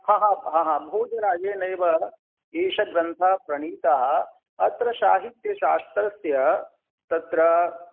ह ह ह ह भोजराजेनैव एषः ग्रन्थः प्रणीतः अत्र साहित्यशाश्त्रस्य तत्र